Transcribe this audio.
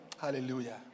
hallelujah